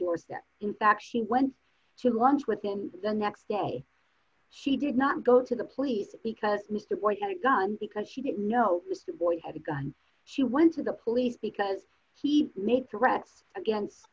doorstep in fact he went to lunch with him the next day she did not go to the police because the boy had a gun because she didn't know the boy had a gun she went to the police because he made threats against